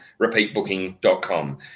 repeatbooking.com